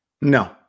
no